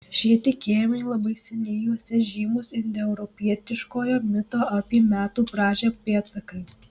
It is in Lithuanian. šie tikėjimai labai seni juose žymūs indoeuropietiškojo mito apie metų pradžią pėdsakai